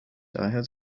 daher